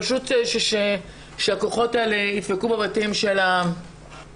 פשוט שהכוחות האלה ידפקו בבתים של המשפחות